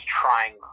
trying